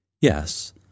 Yes